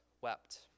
wept